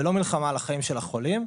ולא מלחמה על החיים של החולים,